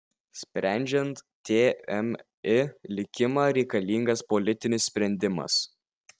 sprendžiant tmi likimą reikalingas politinis sprendimas